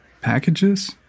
Packages